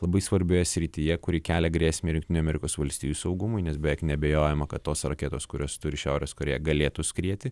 labai svarbioje srityje kuri kelia grėsmę jungtinių amerikos valstijų saugumui nes beveik neabejojama kad tos raketos kurias turi šiaurės korėja galėtų skrieti